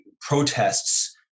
protests